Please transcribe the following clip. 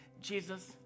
Jesus